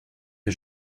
que